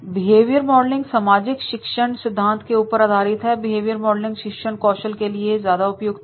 behaviour modelling सामाजिक शिक्षण सिद्धांत के ऊपर आधारित है और बिहेवियर मॉडलिंग शिक्षण कौशल के लिए ज्यादा उपयुक्त है